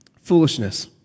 Foolishness